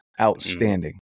outstanding